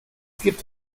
gibt